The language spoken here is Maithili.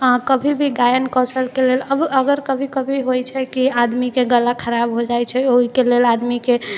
अहाँ कभी भी गायन कौशलके लेल अब अगर कभी कभी होइ छै कि आदमीके गला खराब हो जाइ छै ओइके लेल आदमीके